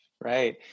Right